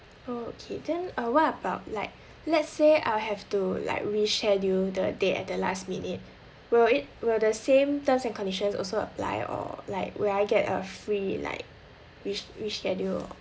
oh K then uh what about like let's say I'll have to like reschedule the date at the last minute will it will the same terms and conditions also apply or like will I get a free like re~ reschedule